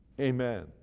Amen